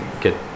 get